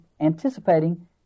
anticipating